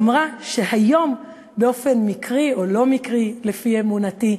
שאמרה שהיום, באופן מקרי, או לא מקרי לפי אמונתי,